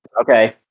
Okay